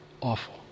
awful